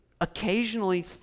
occasionally